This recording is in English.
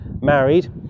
married